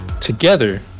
Together